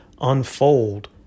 unfold